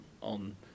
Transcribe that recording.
on